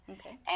Okay